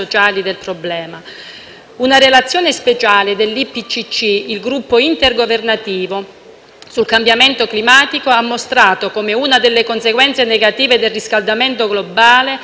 sul cambiamento climatico, ha mostrato come una delle conseguenze negative del riscaldamento globale sarà il calo della produzione di cibo nel mondo a fronte di un aumento della popolazione.